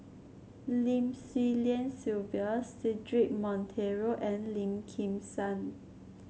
Lim Swee Lian Sylvia Cedric Monteiro and Lim Kim San